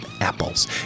apples